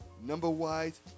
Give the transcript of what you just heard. number-wise